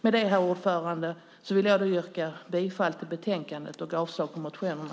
Med detta, herr talman, vill jag yrka bifall till utskottets förslag i betänkandet och avslag på motionerna.